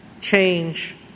change